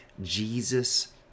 jesus